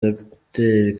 docteur